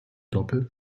doppel